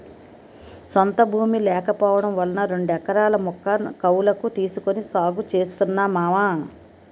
సొంత భూమి లేకపోవడం వలన రెండెకరాల ముక్క కౌలకు తీసుకొని సాగు చేస్తున్నా మావా